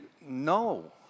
no